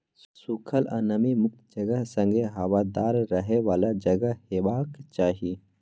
सुखल आ नमी मुक्त जगह संगे हबादार रहय बला जगह हेबाक चाही